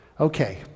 okay